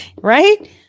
right